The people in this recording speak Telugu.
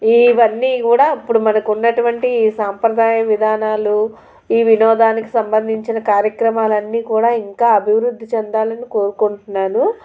ఈవన్నీ కూడా అప్పుడు మనకు ఉన్నటువంటి సాంప్రదాయ విధానాలు ఈ వినోదానికి సంబంధించిన కార్యక్రమాలు అన్నీ కూడా ఇంకా అభివృద్ధి చెందాలని కోరుకుంటున్నాను